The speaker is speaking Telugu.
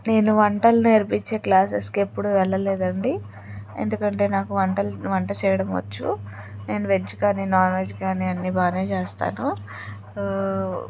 నేను వంటలు నేర్పిచ్చే క్లాసెస్కి ఎప్పుడూ వెళ్లలేదండి ఎందుకంటే నాకు వంటలు వంట చేయడమొచ్చు నేను వెజ్ కానీ నాన్ వెజ్ కానీ అన్నీ బాగానే చేస్తాను